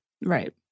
Right